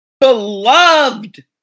Beloved